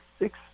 six